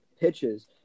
pitches